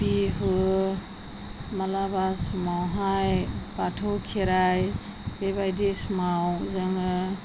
बिहु मालाबा समावहाय बाथौ खेराइ बेबायदि समाव जोङो